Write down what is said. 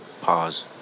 Pause